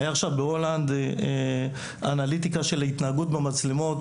היה עכשיו בהולנד אנליטיקה של התנהגות במצלמות.